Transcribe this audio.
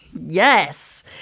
Yes